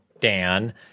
Dan